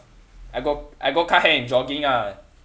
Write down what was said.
I go I go cut hair and jogging ah